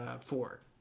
four